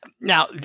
now